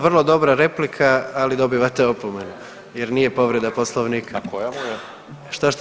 Vrlo dobra replika, ali dobivate opomenu jer nije povreda Poslovnika [[Upadica: A koja mu je?]] Šta, šta?